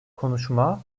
konuşma